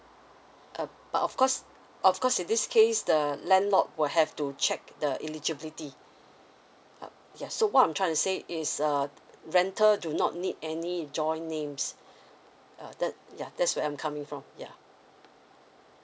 uh but of course of course in this case the landlord will have to check the eligibility uh ya so what I'm trying to say is uh rental do not need any joint names uh that ya that's where I'm coming from yeah